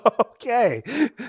Okay